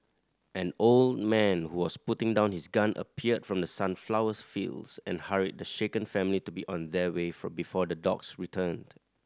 an old man who was putting down his gun appeared from the sunflowers fields and hurried the shaken family to be on their way for before the dogs returned